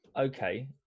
okay